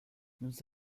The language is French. nous